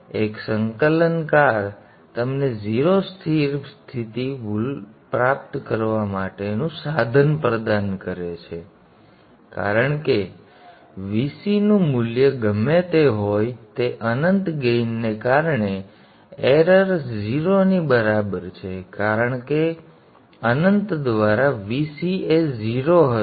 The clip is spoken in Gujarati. તેથી એક સંકલનકાર તમને 0 સ્થિર સ્થિતિ ભૂલ પ્રાપ્ત કરવા માટેનું સાધન પ્રદાન કરશે કારણ કે Vc નું મૂલ્ય ગમે તે હોય તે અનંત ગેઇનને કારણે ભૂલ એ ૦ ની બરાબર છે કારણ કે અનંત દ્વારા Vc એ ૦ હશે